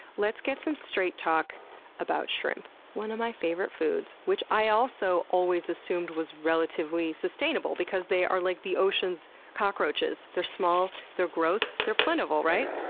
let's get some straight talk about shrimp, one of my favorite foods, which i also always assumed was relatively sustainable, because they are like the ocean's cockroaches. they're small, they're gross, they're plentiful, right?